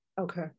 Okay